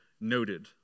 noted